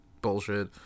bullshit